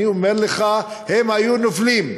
אני אומר לך שהם היו נופלים.